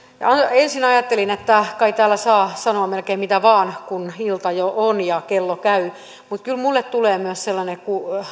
ensin ajattelin että kai täällä saa sanoa melkein mitä vain kun ilta jo on ja kello käy mutta kyllä minulle tulee myös sellainen